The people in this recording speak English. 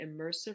immersive